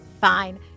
Fine